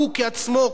הוא עצמו,